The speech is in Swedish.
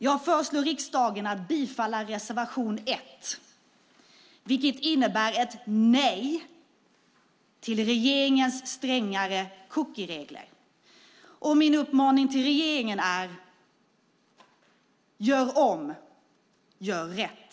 Jag föreslår riksdagen att bifalla reservation 1, vilket innebär ett nej till regeringens strängare regler om cookies. Min uppmaning till regeringen är: Gör om! Gör rätt!